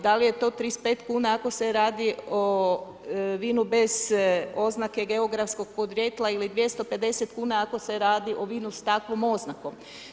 Da li je to 35 kuna ako se radi o vinu bez oznake geografskog podrijetla ili 250 kuna ako se radi o vinu s takvom oznakom.